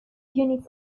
unix